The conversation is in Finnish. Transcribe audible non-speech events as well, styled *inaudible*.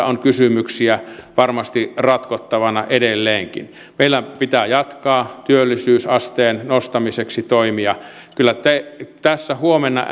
*unintelligible* on kysymyksiä varmasti ratkottavana edelleenkin meillä pitää jatkaa työllisyysasteen nostamiseksi toimia huomenna *unintelligible*